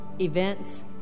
events